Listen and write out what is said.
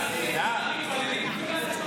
אדוני היושב-ראש,